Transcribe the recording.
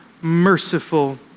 merciful